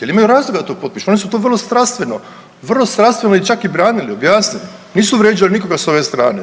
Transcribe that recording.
jel imaju razloga da to potpišu, oni su to vrlo strastveno, vrlo strastveno i čak i branili, objasnili, nisu vrijeđali nikoga s ove strane